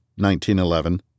1911